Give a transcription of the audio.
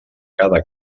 cada